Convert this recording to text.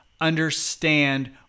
understand